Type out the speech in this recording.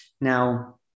Now